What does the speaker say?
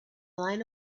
line